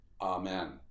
Amen